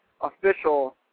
official